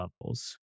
levels